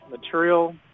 material